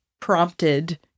prompted